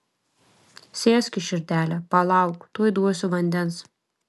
sėskis širdele palauk tuoj duosiu vandens